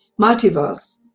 multiverse